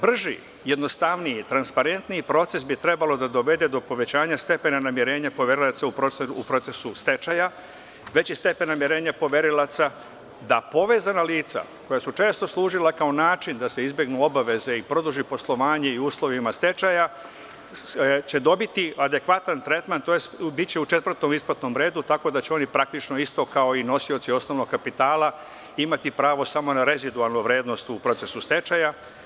Brži, jednostavniji, transparentniji, proces bi trebalo da dovede do povećanja stepena namirenja poverilaca da povezana lica koja su često služila kao način da se izbegnu obaveze i produži poslovanje i uslovima stečaja će dobiti adekvatan tretman, tj. biće u četvrtom isplatnom redu, tako da će oni praktično kao i nosioci osnovnog kapitala imati pravo samo na rezidualnu vrednost u procesu stečaja.